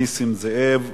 נסים זאב,